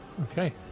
Okay